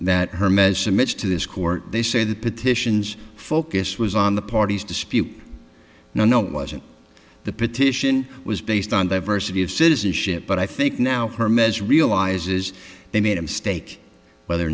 this court they say the petitions focus was on the parties dispute no no it wasn't the petition was based on diversity of citizenship but i think now her measure realizes they made a mistake whether